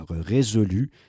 résolue